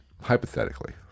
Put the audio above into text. hypothetically